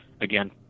again